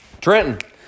Trenton